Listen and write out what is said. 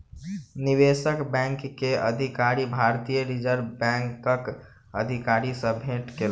निवेशक बैंक के अधिकारी, भारतीय रिज़र्व बैंकक अधिकारी सॅ भेट केलक